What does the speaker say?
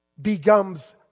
becomes